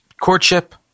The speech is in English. courtship